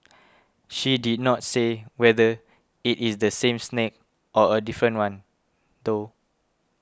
she did not say whether it is the same snake or a different one though